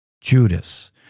Judas